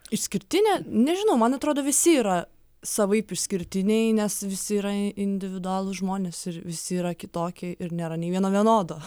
išskirtinė nežinau man atrodo visi yra savaip išskirtiniai nes visi yra individualūs žmonės ir visi yra kitokie ir nėra nė vieno vienodo